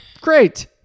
Great